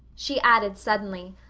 she added suddenly,